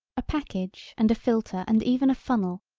a package and a filter and even a funnel,